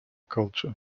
culture